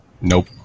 Nope